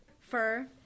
fur